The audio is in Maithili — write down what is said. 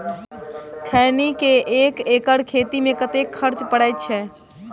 खैनी केँ एक एकड़ खेती मे कतेक खर्च परै छैय?